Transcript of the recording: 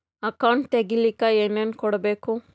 Account ತೆಗಿಲಿಕ್ಕೆ ಏನೇನು ಕೊಡಬೇಕು?